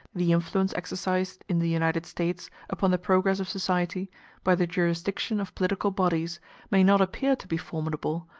the influence exercised in the united states upon the progress of society by the jurisdiction of political bodies may not appear to be formidable,